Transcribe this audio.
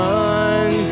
one